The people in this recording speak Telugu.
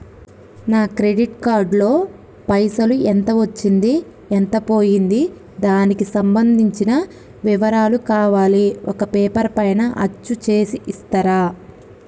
నా క్రెడిట్ కార్డు లో పైసలు ఎంత వచ్చింది ఎంత పోయింది దానికి సంబంధించిన వివరాలు కావాలి ఒక పేపర్ పైన అచ్చు చేసి ఇస్తరా?